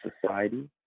society